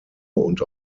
und